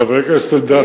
חבר הכנסת אלדד,